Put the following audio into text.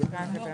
אני.